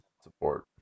Support